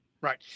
Right